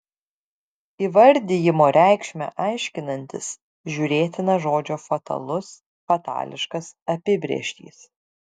įvardijimo reikšmę aiškinantis žiūrėtina žodžio fatalus fatališkas apibrėžtys